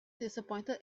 disappointed